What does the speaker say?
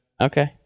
Okay